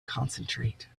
concentrate